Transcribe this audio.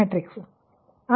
ಆಗಿದೆ